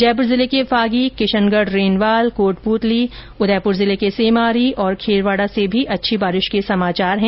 जयपूर जिले के फागी किशनगढ़ रेनवाल कोटपूतली उदयपूर जिले के सेमारी और खेरवाड़ा से भी अच्छी बारिश के समाचार हैं